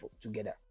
together